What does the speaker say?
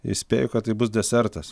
įspėju kad tai bus desertas